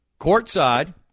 Courtside